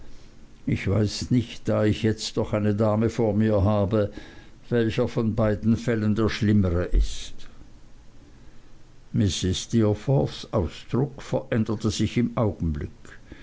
ich weiß nicht da ich jetzt doch eine dame vor mir habe welcher von beiden fällen der schlimmere ist mrs steerforths ausdruck veränderte sich im augenblick